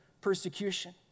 persecution